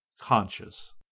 conscious